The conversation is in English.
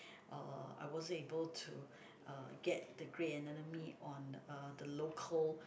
uh I wasn't able to uh get the grey anatomy on uh the local